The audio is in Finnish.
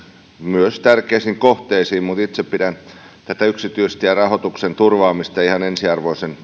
myös tärkeisiin kohteisiin mutta itse pidän tätä yksityistierahoituksen turvaamista ihan ensiarvoisen